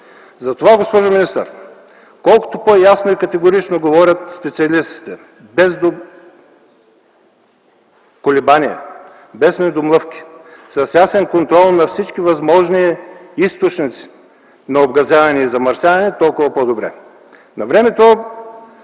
цели. Госпожо министър, затова колкото по-ясно и категорично говорят специалистите - без колебание, без недомлъвки, с ясен контрол на всички възможни източници на обгазяване и замърсяване, толкова по-добре.